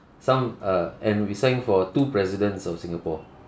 some uh and we sang for two presidents of singapore